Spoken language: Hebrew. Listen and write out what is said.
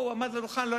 הוא עמד על הדוכן,